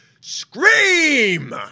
scream